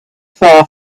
far